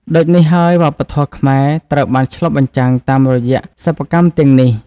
ដូចនេះហើយវប្បធម៌ខ្មែរត្រូវបានឆ្លុះបញ្ចាំងតាមរយៈសិប្បកម្មទាំងនេះ។